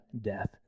death